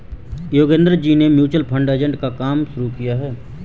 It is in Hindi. योगेंद्र जी ने म्यूचुअल फंड एजेंट का काम शुरू किया है